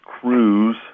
cruise